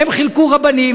הם חילקו רבנים,